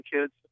kids